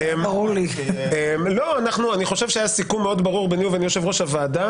אני חושב שהיה סיכום מאוד ברור ובין יושב-ראש הוועדה